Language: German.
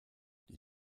die